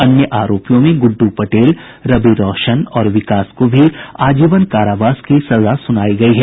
अन्य आरोपियों में गुड्डू पटेल रवि रौशन और विकास को भी आजीवन कारावास की सजा सुनायी गयी है